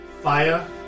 Fire